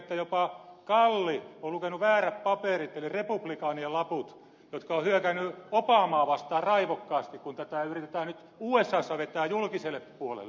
kalli on lukenut väärät paperit eli republikaanien laput jotka ovat hyökänneet obamaa vastaan raivokkaasti kun tätä yritetään nyt usassa vetää julkiselle puolelle